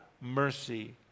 mercy